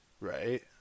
Right